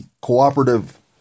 cooperative